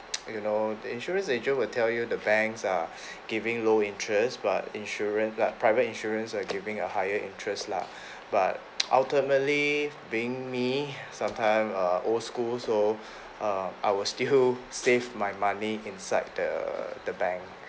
you know the insurance agent will tell you the banks are giving low interest but insurance pri~ private insurance are giving a higher interest lah but ultimately being me sometime uh old school so err I will still save my money inside the the bank